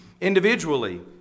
individually